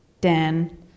Dan